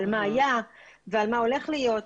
מה היה ומה הולך להיות.